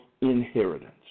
inheritance